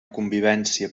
convivència